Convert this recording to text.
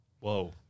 Whoa